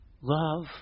love